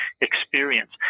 experience